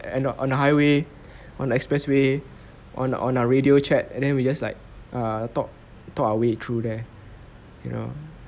and no on the highway on the expressway on on a radio chat and then we just like err talk talk our way through there you know